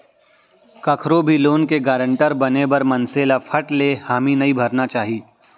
कखरो भी लोन के गारंटर बने बर मनसे ल फट ले हामी नइ भरना चाही